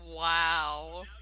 Wow